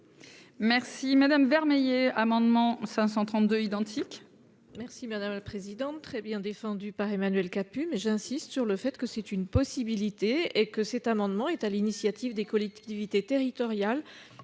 Merci madame Vermeillet, amendement 532 identique merci madame la présidente. Très bien défendue par Emmanuel Capus mais j'insiste sur le fait que c'est une possibilité, et que cet amendement est à l'initiative des collectivités territoriales,